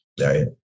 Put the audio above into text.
right